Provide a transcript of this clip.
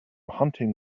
hunting